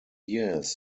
years